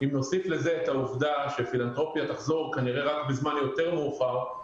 אם נוסיף לזה את העובדה שפילנתרופיה תחזור כנראה רק בזמן יותר מאוחר,